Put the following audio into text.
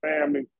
family